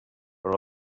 però